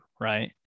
right